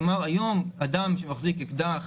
כלומר היום אדם שמחזיק אקדח,